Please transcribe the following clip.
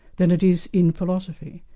than it is in philosophy.